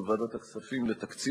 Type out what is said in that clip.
כולל שירות התעסוקה, יתגייס